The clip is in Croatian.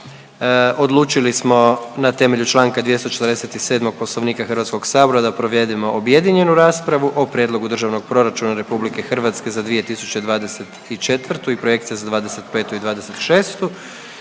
Odlučili smo na temelju Članka 247. Poslovnika Hrvatskog sabora da provedemo objedinjenju raspravu o: - Prijedlogu Državnog proračuna RH za 2024. i projekcija za '25. i '26.